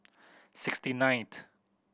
sixty ninth